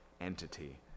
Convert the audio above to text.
entity